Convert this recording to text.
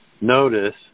notice